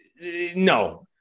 no